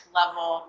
level